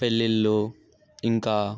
పెళ్ళిళ్ళు ఇంకా